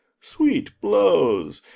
sweet blowse,